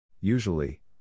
Usually